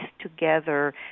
together